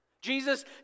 Jesus